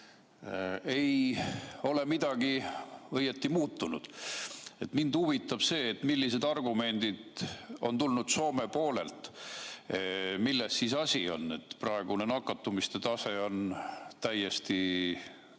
ei ole õieti midagi muutunud. Mind huvitab, millised argumendid on tulnud Soome poolelt. Milles siis asi on? Praegune nakatumiste tase on täiesti kolinal